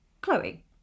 Chloe